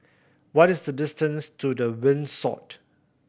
what is the distance to The